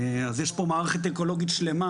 אז יש פה מערכת אקולוגית שלמה,